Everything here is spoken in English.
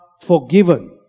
forgiven